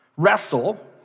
wrestle